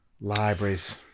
Libraries